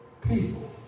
people